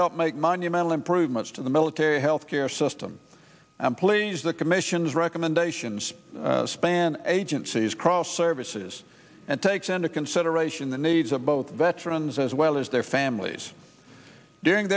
help make monumental improvements to the military health care system and please the commission's recommendations span agencies cross services and takes into consideration the needs of both veterans as well as their families during